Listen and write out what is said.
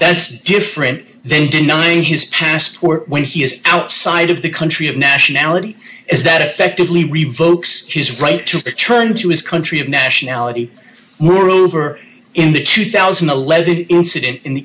that's different then denying his passport when he is outside of the country of nationality is that effectively revokes his right to return to his country of nationality moreover in the two thousand and eleven incident